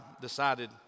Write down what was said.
decided